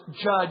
judge